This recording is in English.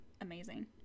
amazing